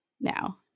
now